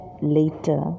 later